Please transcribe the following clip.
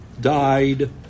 died